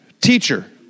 teacher